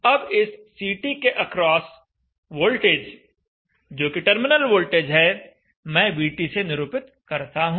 अब इस CT के अक्रॉस वोल्टेज जो कि टर्मिनल वोल्टेज है मैं VT से निरूपित करता हूं